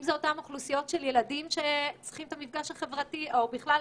אם זה אותן אוכלוסיות של ילדים שצריכים את המפגש החברתי או האישי.